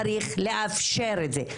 צריך לאפשר את זה.